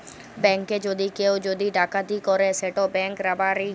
ব্যাংকে যদি কেউ যদি ডাকাতি ক্যরে সেট ব্যাংক রাবারি